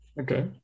okay